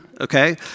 okay